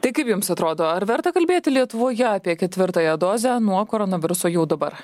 tai kaip jums atrodo ar verta kalbėti lietuvoje apie ketvirtąją dozę nuo koronaviruso jau dabar